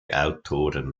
autoren